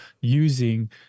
using